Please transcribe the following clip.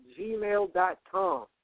gmail.com